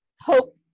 Hope